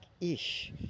ish